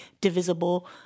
divisible